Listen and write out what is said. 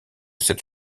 cette